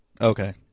Okay